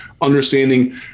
understanding